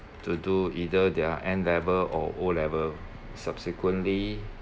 to do either their N level or O level subsequently